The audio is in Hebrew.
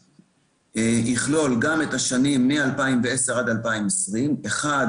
יכלול גם את השנים מ-2010 ועד 2020 - ראשית,